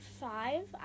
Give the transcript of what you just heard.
five